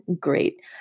great